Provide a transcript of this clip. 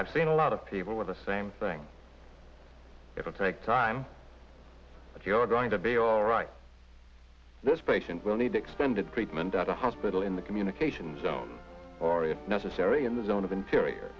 i've seen a lot of people with the same thing it'll take time if you're going to be all right this patient will need extended treatment at a hospital in the communication zone or if necessary in the zone of interior